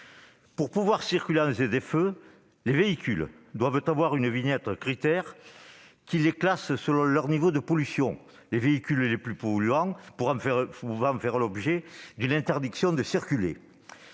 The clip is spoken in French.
pour circuler dans ces zones, les véhicules doivent avoir une vignette Crit'Air qui les classe selon leur niveau de pollution, les véhicules les plus polluants pouvant faire l'objet d'une interdiction de circuler.